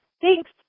Thanks